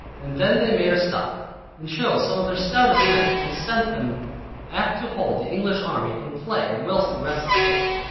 and then they made a stop, and chose some of their stoutest men, and sent them back to hold the english army in play whilst the rest escaped.